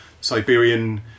Siberian